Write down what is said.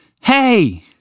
Hey